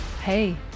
Hey